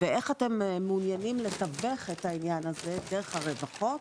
ואיך אתם מעוניינים לתווך את העניין הזה - דרך הרווחות?